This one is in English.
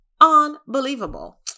unbelievable